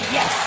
Yes